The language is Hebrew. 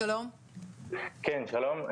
כן, שלום.